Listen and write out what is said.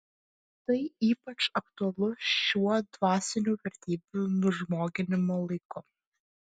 tai ypač aktualu šiuo dvasinių vertybių nužmoginimo laiku